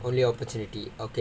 only opportunity okay okay true